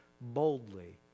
boldly